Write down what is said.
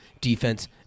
defense